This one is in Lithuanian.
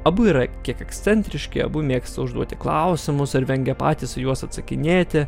abu yra kiek ekscentriški abu mėgsta užduoti klausimus ar vengia patys į juos atsakinėti